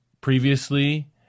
Previously